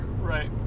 Right